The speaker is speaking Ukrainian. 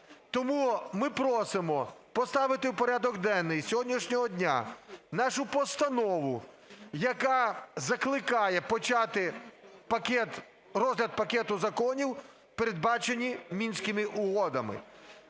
Тому ми просимо поставити в порядок денний сьогоднішнього дня нашу постанову, яка закликає почати розгляд пакету законів, передбачених Мінськими угодами.